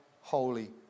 holy